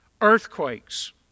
Earthquakes